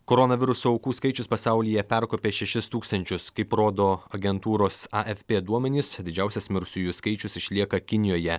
koronaviruso aukų skaičius pasaulyje perkopė šešis tūkstančius kaip rodo agentūros afp duomenys didžiausias mirusiųjų skaičius išlieka kinijoje